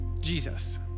Jesus